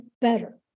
better